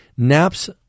Naps